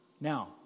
Now